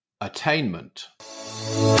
attainment